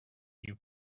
you